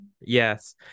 yes